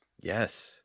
Yes